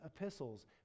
epistles